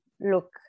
look